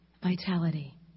vitality